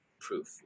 proof